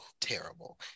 terrible